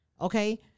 Okay